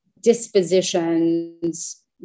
dispositions